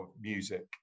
music